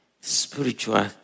spiritual